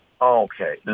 Okay